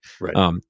Right